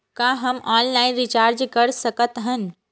का हम online recharge कर सकत हन?